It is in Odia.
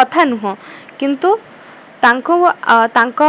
କଥା ନୁହଁ କିନ୍ତୁ ତାଙ୍କୁ ତାଙ୍କ